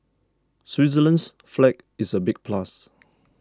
Switzerland's flag is a big plus